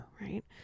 Right